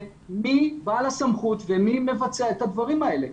מי בעל הסמכות ומי מבצע את הדברים האלה.